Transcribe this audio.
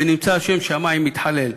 ונמצא שם שמים מתחלל".